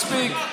מספיק.